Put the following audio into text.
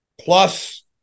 plus